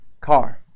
car